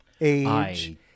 Age